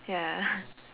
ya